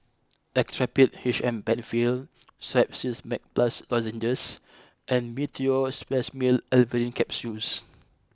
Actrapid H M Penfill Strepsils Max Plus Lozenges and Meteospasmyl Alverine Capsules